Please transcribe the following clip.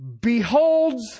beholds